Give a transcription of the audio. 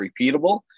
repeatable